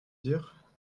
dire